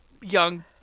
young